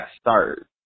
start